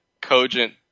cogent